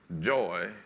joy